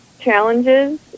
challenges